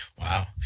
wow